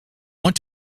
want